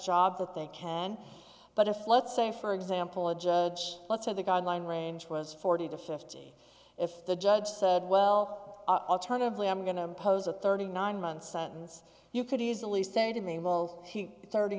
job that they can but if let's say for example a judge let's say the guideline range was forty to fifty if the judge said well alternatively i'm going to pose a thirty nine month sentence you could easily say to me will thirty